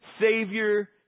Savior